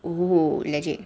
oh legit